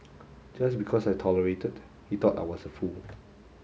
just because I tolerated he thought I was a fool